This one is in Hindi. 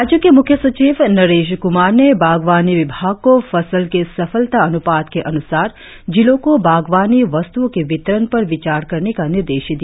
राज्य के मूख्य सचिव नरेश क्रमार ने बागवानी विभाग को फसल के सफलता अनुपात के अनुसार जिलों को बागवानी वस्तुओं के वितरण पर विचार करने का निर्देश दिया